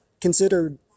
considered